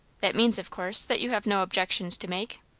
that means, of course, that you have no objections to make?